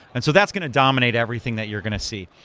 and so that's going to dominate everything that you're going to see.